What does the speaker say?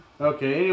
Okay